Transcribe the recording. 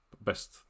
best